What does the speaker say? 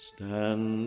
Stand